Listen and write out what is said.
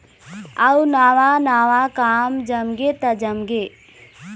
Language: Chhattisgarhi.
अउ नवा नवा काम जमगे त जमगे